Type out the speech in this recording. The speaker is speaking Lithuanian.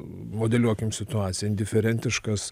modeliuokim situaciją indiferentiškas